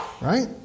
right